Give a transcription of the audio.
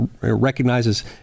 recognizes